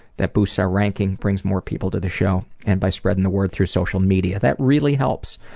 that boosts our ranking, brings more people to the show, and by spreading the word through social media. that really helps,